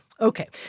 Okay